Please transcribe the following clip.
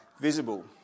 visible